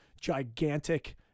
gigantic